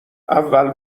اول